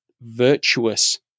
virtuous